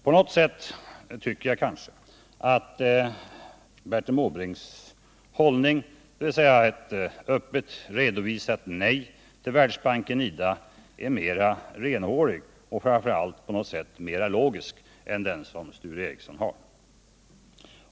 På något sätt tycker jag kanske att Bertil Måbrinks hållning, dvs. ett öppet redovisat nej till Världsbanken-IDA, är mera renhårig och framför allt mera logisk än den hållning som Sture Ericson intar.